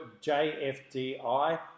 J-F-D-I